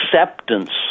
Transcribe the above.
acceptance